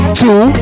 two